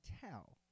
tell